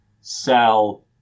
sell